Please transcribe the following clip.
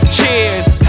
Cheers